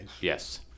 Yes